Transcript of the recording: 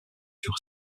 sur